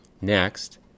Next